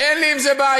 אין לי עם זה בעיה.